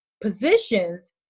positions